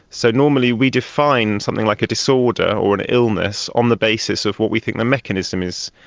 so normally we do find something like a disorder or an illness on the basis of what we think the mechanism is.